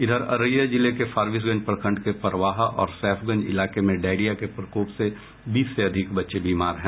इधर अररिया जिले के फारबिसगंज प्रखंड के परवाहा और सैफगंज इलाके में डायरिया के प्रकोप से बीस से अधिक बच्चे बीमार हैं